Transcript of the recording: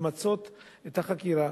למצות את החקירה,